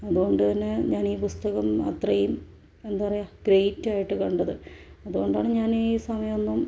അതുകൊണ്ടന്നെ ഞാനീ പുസ്തകം അത്രയും എന്താ പറയുക ഗ്രേറ്റായിട്ട് കണ്ടത് അതുകൊണ്ടാണ് ഞാൻ ഈ സമയൊന്നും